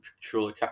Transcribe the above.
truly